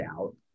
out